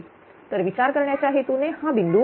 तर विचार करण्याच्या हेतूने हा बिंदू O म्हणूया